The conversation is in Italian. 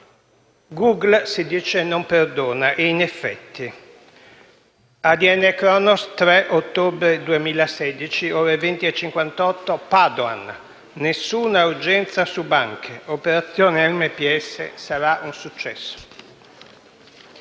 Google non perdona e in effetti è così: Adnkronos, 3 ottobre 2016, ore 20,58: Padoan: "Nessuna urgenza su banche". Operazione MPS sarà un successo»;